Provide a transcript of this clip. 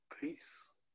peace